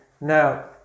now